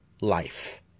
life